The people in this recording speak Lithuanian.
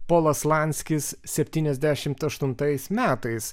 polas lanskis septyniasdešimt aštuntais metais